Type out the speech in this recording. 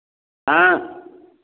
हाँ